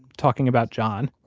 talking about john.